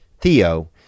Theo